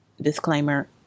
disclaimer